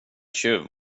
tjuv